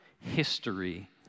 history